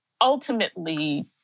ultimately